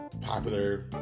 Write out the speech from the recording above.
popular